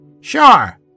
Sure